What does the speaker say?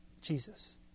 Jesus